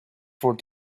for